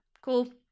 cool